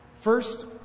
First